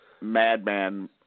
Madman